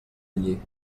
allí